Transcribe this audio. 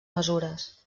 mesures